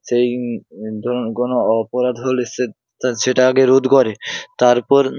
সেই ধরুন কোনো অপরাধ হলে সে সেটা আগে রোধ করে তারপর